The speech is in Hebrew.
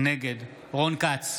נגד רון כץ,